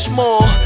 more